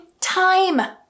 time